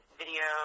video